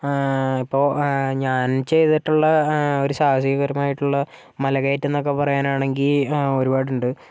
ഇപ്പോൾ ഞാൻ ചെയ്തിട്ടുള്ള ഒരു സാഹസികകരമായിട്ടുള്ള മല കയറ്റമെന്നൊക്കെ പറയാനാണെങ്കിൽ ഒരുപാടുണ്ട്